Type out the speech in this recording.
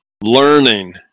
learning